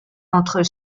entre